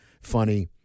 funny